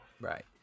Right